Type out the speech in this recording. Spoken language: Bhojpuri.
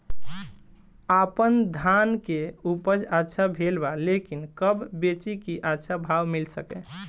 आपनधान के उपज अच्छा भेल बा लेकिन कब बेची कि अच्छा भाव मिल सके?